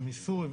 והמיסוי,